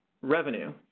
revenue